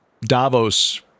Davos